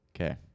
Okay